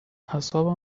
اعصابم